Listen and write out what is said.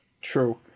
true